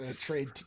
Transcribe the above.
trade